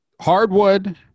Hardwood